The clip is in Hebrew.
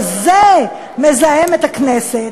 וזה מזהם את הכנסת,